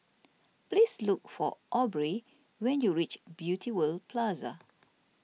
please look for Aubrie when you reach Beauty World Plaza